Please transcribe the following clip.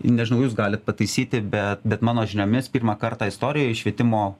nežinau jūs galit pataisyti be bet mano žiniomis pirmą kartą istorijoj švietimo